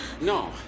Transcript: No